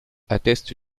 atteste